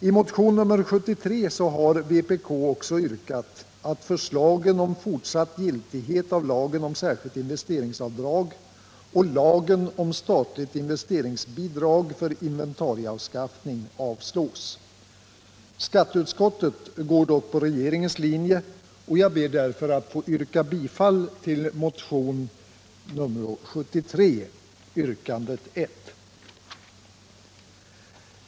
I motionen nr 73 har vpk också yrkat att förslagen om fortsatt giltighet av lagen om särskilt investeringsavdrag och lagen om statligt investeringsbidrag för inventarieanskaffning avslås. Skatteutskottet går dock på regeringens linje, och jag ber därför att yrka bifall till motion 1977/78:73 yrkandet 1.